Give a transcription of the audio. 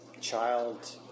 child